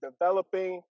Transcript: developing